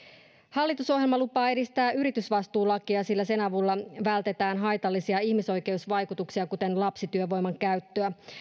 hallitusohjelma lupaa edistää yritysvastuulakia sillä sen avulla vältetään haitallisia ihmisoikeusvaikutuksia kuten lapsityövoiman käyttöä